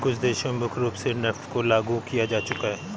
कुछ देशों में मुख्य रूप से नेफ्ट को लागू किया जा चुका है